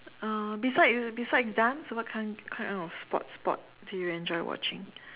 uh besides besides dance what kind kind of sport sport do you enjoy watching